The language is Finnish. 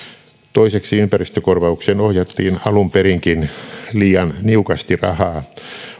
toiseksi ympäristökorvaukseen ohjattiin alun perinkin liian niukasti rahaa